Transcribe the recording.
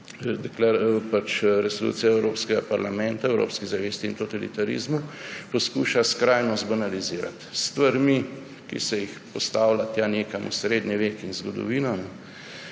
Resolucija Evropskega parlamenta o evropski zavesti in totalitarizmu, poskuša skrajno zbanalizirati s stvarmi, ki se jih postavlja tja nekam v srednji vek in zgodovino,